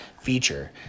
feature